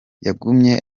yagumye